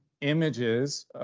images